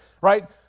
right